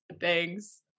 thanks